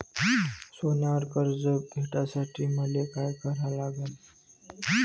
सोन्यावर कर्ज भेटासाठी मले का करा लागन?